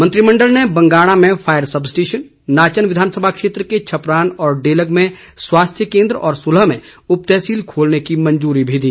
मंत्रिमंडल ने बंगाणा में फायर सब स्टेशन नाचन विधानसभा क्षेत्र के छपरान और डेलग में स्वास्थ्य केंद्र और सुलह में उपतहसील खोलने की मंजूरी भी दी